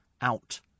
out